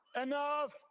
Enough